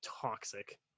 toxic